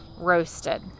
roasted